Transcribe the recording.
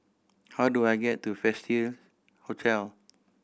how do I get to Festive Hotel